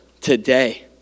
today